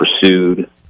pursued